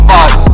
Fox